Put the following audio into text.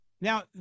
Now